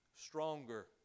stronger